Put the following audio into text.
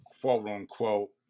quote-unquote